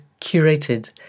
curated